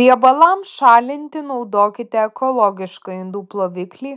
riebalams šalinti naudokite ekologišką indų ploviklį